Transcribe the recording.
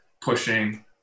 pushing